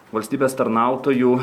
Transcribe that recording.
valstybės tarnautojų